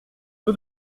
peu